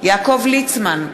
יעקב ליצמן,